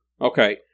Okay